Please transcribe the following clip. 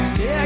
Say